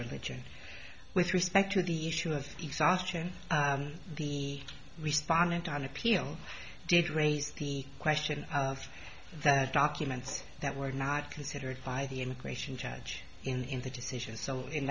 religion with respect to the issue of exhaustion he responded on appeal did raise the question of the documents that were not considered by the immigration judge in the decision so in